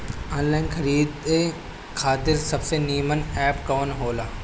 Online खरीदे खातिर सबसे नीमन एप कवन हो ला?